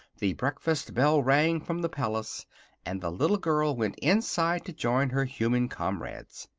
the breakfast bell rang from the palace and the little girl went inside to join her human comrades.